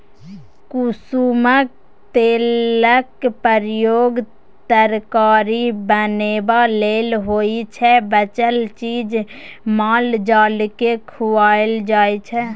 कुसुमक तेलक प्रयोग तरकारी बनेबा लेल होइ छै बचल चीज माल जालकेँ खुआएल जाइ छै